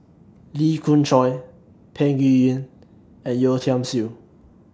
Lee Khoon Choy Peng Yuyun and Yeo Tiam Siew